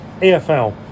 EFL